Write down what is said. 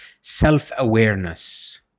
self-awareness